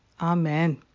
Amen